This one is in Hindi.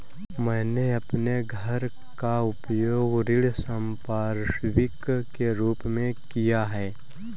मैंने अपने घर का उपयोग ऋण संपार्श्विक के रूप में किया है